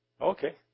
Okay